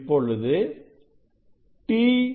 இப்பொழுது t 0